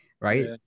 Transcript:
right